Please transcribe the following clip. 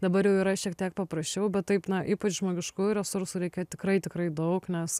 dabar jau yra šiek tiek paprasčiau bet taip na ypač žmogiškųjų resursų reikėjo tikrai tikrai daug nes